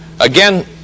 again